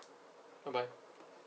bye bye